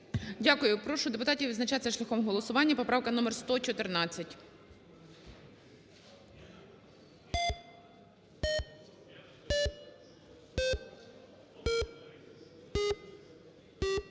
Дякую. Прошу депутатів визначатися шляхом голосування, поправка № 114.